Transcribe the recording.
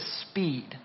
speed